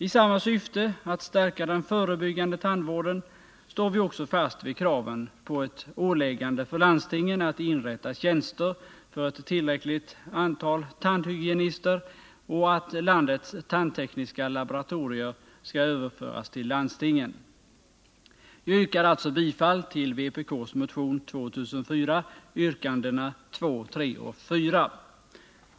I samma syfte, att stärka den förebyggande tandvården, står vi också fast vid kraven på ett åläggande för landstingen att inrätta tjänster för ett tillräckligt antal tandhygienister och att landets tandtekniska laboratorier skall överföras till landstingen. Jag yrkar alltså bifall till vpk:s motion 2004, yrkandena 2, 3 och 4.